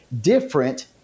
different